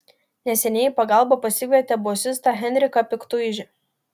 neseniai į pagalbą pasikvietę bosistą henriką piktuižį